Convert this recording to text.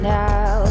now